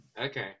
Okay